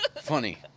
funny